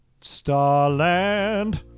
Starland